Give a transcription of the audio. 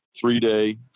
three-day